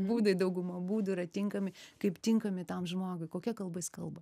būdai dauguma būdų yra tinkami kaip tinkami tam žmogui kokia kalba jis kalba